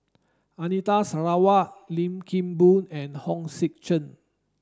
Anita Sarawak Lim Kim Boon and Hong Sek Chern